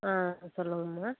ஆ சொல்லுங்மா